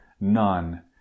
none